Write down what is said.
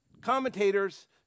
commentators